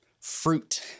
fruit